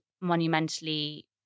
monumentally